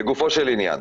לגופו של עניין,